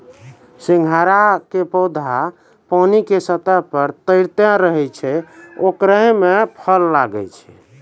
सिंघाड़ा के पौधा पानी के सतह पर तैरते रहै छै ओकरे मॅ फल लागै छै